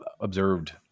observed